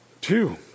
Two